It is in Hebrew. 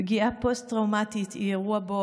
פגיעה פוסט-טראומתית היא אירוע שבו